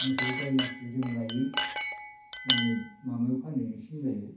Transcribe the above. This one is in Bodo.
मोसौ गाइखो जों लायो जोङो माबायाव फानो सिमलायाव